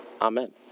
amen